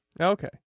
Okay